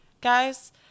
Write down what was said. guys